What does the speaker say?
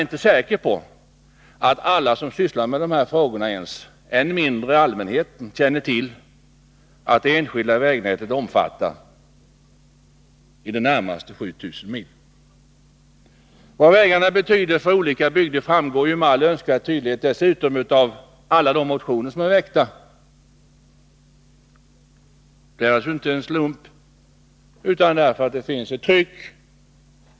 Vad vägarna betyder för olika bygder framgår med all önskvärd tydlighet av alla de motioner i ämnet som är väckta. Dessa motioner har naturligtvis inte tillkommit av en slump utan därför att det finns etttryck.